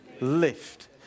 Lift